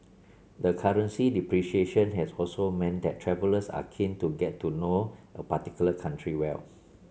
the currency depreciation has also meant that travellers are keen to get to know a particular country well